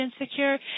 insecure